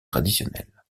traditionnelle